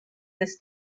this